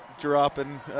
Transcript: dropping